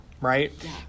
right